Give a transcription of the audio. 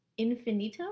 Infinito